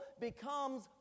becomes